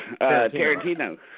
Tarantino